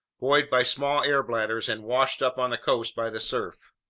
buoyed by small air bladders and washed up on the coast by the surf.